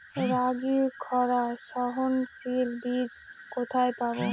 রাগির খরা সহনশীল বীজ কোথায় পাবো?